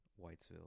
Whitesville